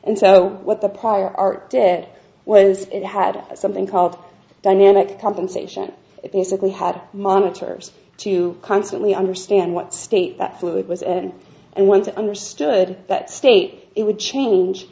and so what the prior art did was it had something called dynamic compensation it basically had monitors to constantly understand what state that fluid was in and when to understood that state it would change